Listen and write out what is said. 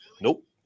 Nope